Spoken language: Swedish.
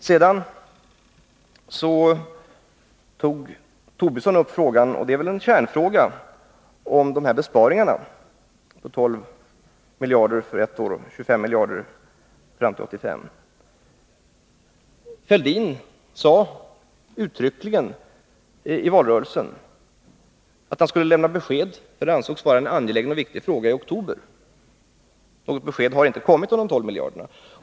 Lars Tobisson tog upp frågan om besparingarna på 12 miljarder för ett år och 25 miljarder fram till 1985 — och det är en kärnfråga. Thorbjörn Fälldin sade i valrörelsen uttryckligen att han skulle lämna besked i oktober, eftersom det ansågs vara en angelägen och viktig fråga. Något besked om de 12 miljarderna har inte kommit.